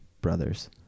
Brothers